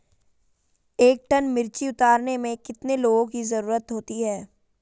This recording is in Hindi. एक टन मिर्ची उतारने में कितने लोगों की ज़रुरत होती है?